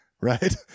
right